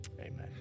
Amen